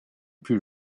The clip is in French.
plus